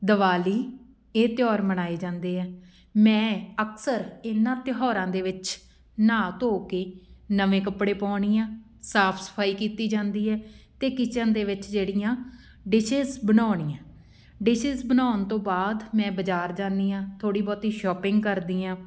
ਦਿਵਾਲੀ ਇਹ ਤਿਉਹਾਰ ਮਨਾਏ ਜਾਂਦੇ ਹੈ ਮੈਂ ਅਕਸਰ ਇਹਨਾਂ ਤਿਉਹਾਰਾਂ ਦੇ ਵਿੱਚ ਨਹਾ ਧੋ ਕੇ ਨਵੇਂ ਕੱਪੜੇ ਪਾਉਂਦੀ ਹਾਂ ਸਾਫ਼ ਸਫ਼ਾਈ ਕੀਤੀ ਜਾਂਦੀ ਹੈ ਅਤੇ ਕਿਚਨ ਦੇ ਵਿੱਚ ਜਿਹੜੀਆਂ ਡਿਸ਼ਿਸ ਬਣਾਉਂਦੀ ਹਾਂ ਡਿਸ਼ਿਸ ਬਣਾਉਣ ਤੋਂ ਬਾਅਦ ਮੈਂ ਬਜ਼ਾਰ ਜਾਂਦੀ ਹਾਂ ਥੋੜ੍ਹੀ ਬਹੁਤੀ ਸ਼ੋਪਿੰਗ ਕਰਦੀ ਹਾਂ